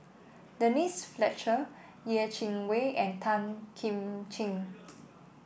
Denise Fletcher Yeh Chi Wei and Tan Kim Ching